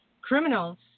criminals